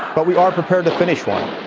but we are prepared to finish one